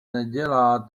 nedělá